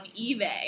eBay